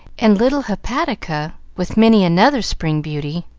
and little hepatica, with many another spring beauty,